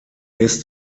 ist